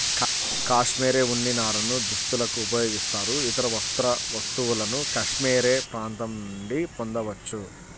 cashmere ఉన్ని నారను దుస్తులకు ఉపయోగిస్తారు, ఇతర వస్త్ర వస్తువులను కాష్మెరె ప్రాంతం నుండి పొందవచ్చు